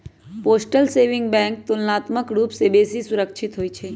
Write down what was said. postal saving bank तुलनात्मक रूप से बेशी सुरक्षित होइ छइ